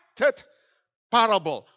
Parable